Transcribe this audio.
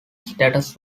status